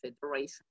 Federation